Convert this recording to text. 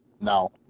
No